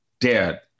dead